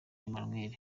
emmanuel